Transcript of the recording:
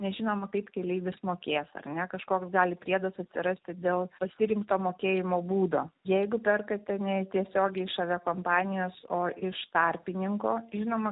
nežinoma kaip keleivis mokės ar ne kažkoks gali priedas atsirasti dėl pasirinkto mokėjimo būdo jeigu perkate ne tiesiogiai šalia kompanijos o iš tarpininko žinoma